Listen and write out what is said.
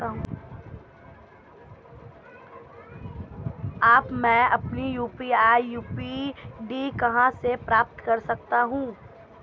अब मैं अपनी यू.पी.आई आई.डी कहां से प्राप्त कर सकता हूं?